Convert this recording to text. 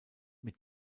mit